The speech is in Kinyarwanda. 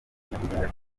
nyakwigendera